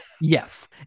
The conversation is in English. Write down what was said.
Yes